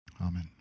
Amen